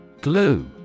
Glue